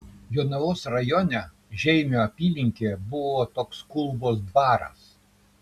jonavos rajone žeimio apylinkėje buvo toks kulvos dvaras